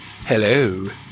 Hello